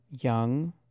Young